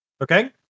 Okay